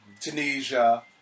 Tunisia